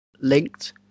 linked